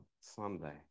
Sunday